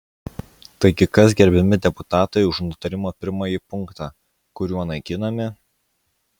taigi kas gerbiami deputatai už nutarimo pirmąjį punktą kuriuo naikinami